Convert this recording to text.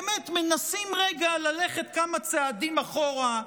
באמת מנסים רגע ללכת כמה צעדים אחורה,